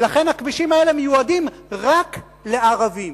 ולכן הכבישים האלה מיועדים רק לערבים.